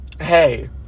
hey